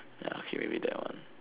ya okay maybe that one